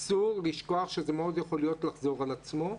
אסור לשכוח שזה יכול לחזור על עצמו.